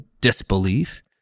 disbelief